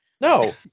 No